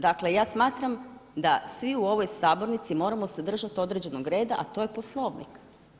Dakle, ja smatram da svi u ovoj sabornici moramo se držati određenog reda, a to je Poslovnik.